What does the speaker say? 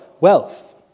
wealth